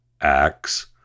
acts